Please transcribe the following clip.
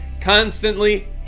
constantly